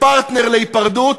כפרטנר להיפרדות,